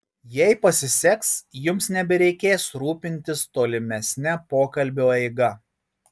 jei pasiseks jums nebereikės rūpintis tolimesne pokalbio eiga